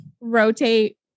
rotate